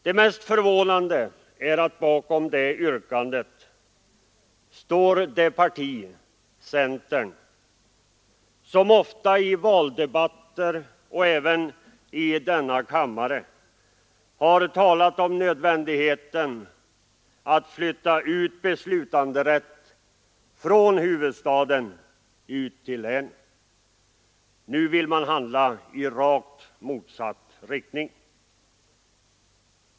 Det mest förvånande är att bakom det yrkandet står det parti — centern — som ofta i valdebatter och även i denna kammare har talat om nödvändigheten att flytta ut beslutanderätt från huvudstaden till länen. Nu vill man handla i rakt motsatt riktning.